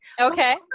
okay